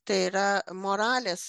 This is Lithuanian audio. tai yra moralės